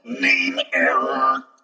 name-error